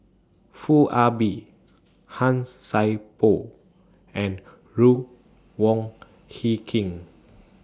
Foo Ah Bee Han Sai Por and Ruth Wong Hie King